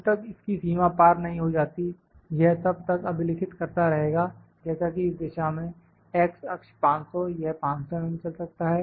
जब तक इसकी सीमा पार नहीं हो जाती यह तब तक अभिलिखित करता रहेगा जैसा कि इस दिशा में x अक्ष 500 यह 500 mm चल सकता है